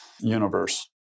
universe